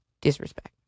disrespect